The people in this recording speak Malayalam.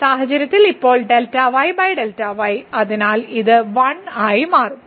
ഈ സാഹചര്യത്തിൽ ഇപ്പോൾ Δy Δy അതിനാൽ ഇത് 1 ആയി മാറും